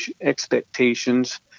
expectations